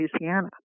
Louisiana